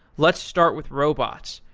let's start with robots.